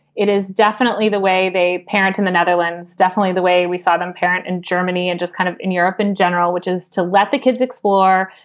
it is definitely the way a parent in the netherlands, definitely the way we saw them parent in germany and just kind of in europe in general, which is to let the kids explore,